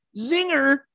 Zinger